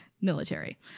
military